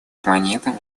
планеты